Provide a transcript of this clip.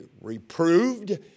reproved